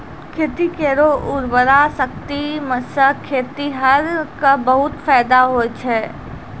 खेत केरो उर्वरा शक्ति सें खेतिहर क बहुत फैदा होय छै